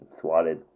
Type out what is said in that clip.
swatted